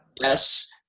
Yes